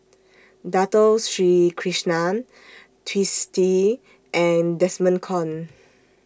Dato Sri Krishna Twisstii and Desmond Kon